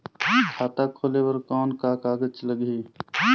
खाता खोले बर कौन का कागज लगही?